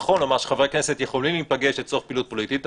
נכון לומר שחברי כנסת יכולים להיפגש לצורך פעילות פוליטית,